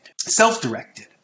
self-directed